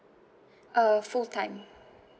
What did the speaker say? uh full time